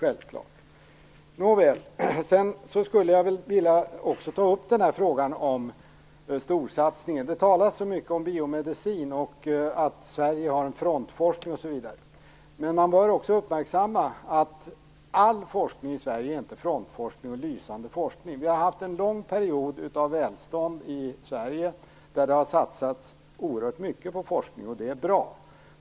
Jag skulle också vilja ta upp frågan om storsatsningen. Det talas så mycket om biomedicin och att Sverige har en frontforskning osv. Man bör också uppmärksamma att all forskning i Sverige inte är lysande frontforskning. Vi har haft en lång period av välstånd i Sverige, då det har satsats oerhört mycket på forskning, och det är bra.